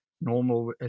normal